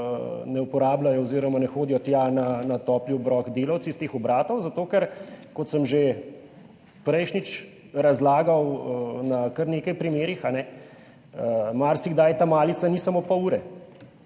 ne uporabljajo oziroma ne hodijo tja na topli obrok delavci iz teh obratov, zato ker, kot sem že prejšnjič razlagal na kar nekaj primerih, marsikdaj ta malica ni samo pol ure